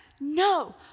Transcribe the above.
no